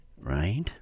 Right